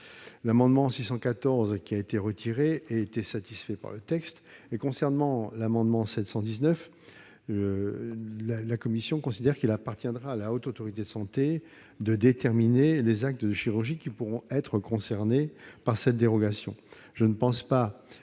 l'amendement n° 614 rectifié, qui a été retiré, il était satisfait par le texte. Concernant l'amendement n° 719 rectifié, la commission considère qu'il appartiendra à la Haute Autorité de santé de déterminer quels sont les actes de chirurgie qui pourront être concernés par cette dérogation.